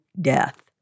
death